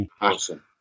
Awesome